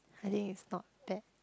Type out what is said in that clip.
I think it's not bad